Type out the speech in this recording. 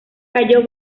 cayó